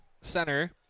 center